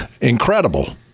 incredible